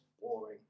boring